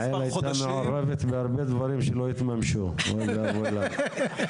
מעורבת בהרבה דברים שלא התממשו והם עוד בעבודה.